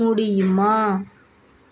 முடியுமா